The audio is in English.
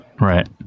Right